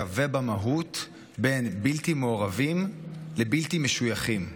ובמהות בין בלתי מעורבים לבלתי משויכים.